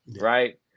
right